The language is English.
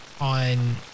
on